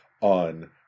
on